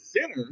center